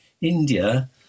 India